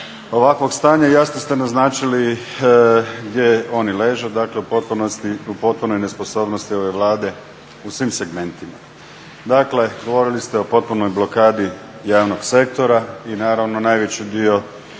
ovakvog stanja jasno ste naznačili gdje oni leže, dakle u potpunoj nesposobnosti ove Vlade u svim segmentima. Dakle govorili ste o potpunoj blokadi javnog sektora i naravno najveći dio